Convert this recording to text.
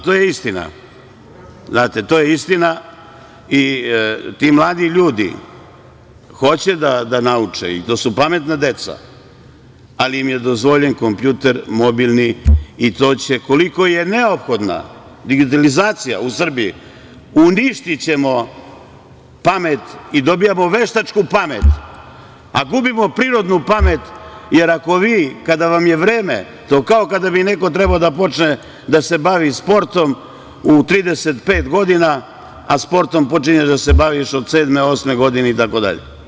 To je istina, znate, to je istina i ti mladi ljudi hoće da nauče i to su pametna deca, ali im je dozvoljen kompjuter, mobilni i to će, koliko je neophodna digitalizacija u Srbiji, uništiti pamet i dobijamo veštačku pamet, a gubimo prirodnu pamet, jer ako vi kada vam je vreme, to je kao kada bi neko trebao da počne da se bavi sportom u 35 godina, a sportom počinješ da se baviš od sedme, osme godine itd…